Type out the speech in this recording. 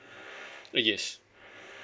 uh yes